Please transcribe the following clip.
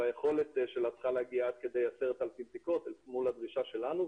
והיכולת שלה צריכה להגיע עד כדי 10,000 בדיקות אל מול הדרישה שלנו,